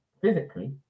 physically